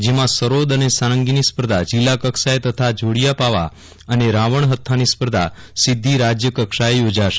જેમાં સરોદ અને સારંગીની સ્પર્ધા જિલ્લા કક્ષાએ તથા જોડિયા પાવા અને રાવણહથ્થાની સ્પર્ધા સીધી રાજ્યકક્ષાએ યોજાશે